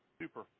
Super